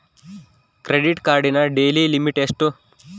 Credit ಕಾರ್ಡಿನ daily limit ಎಷ್ಟು?